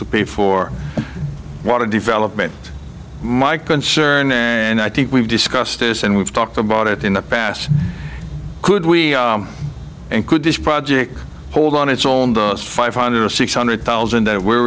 to pay for water development my concern and i think we've discussed this and we've talked about it in the past could we could this project hold on its own five hundred or six hundred thousand that we're